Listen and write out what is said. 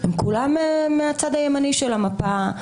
הם כולם מהצד הימני של המפה,